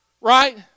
Right